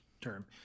term